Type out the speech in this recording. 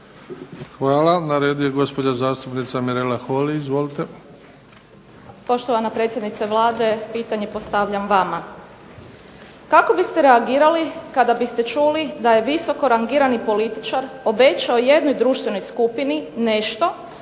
Hvala. Na redu je gospođa zastupnica Mirela Holy. Izvolite. **Holy, Mirela (SDP)** Poštovana predsjednice Vlade, pitanje postavljam vama. Kako biste reagirali kada biste čuli da je visoko rangirani političar obećao jednoj društvenoj skupini nešto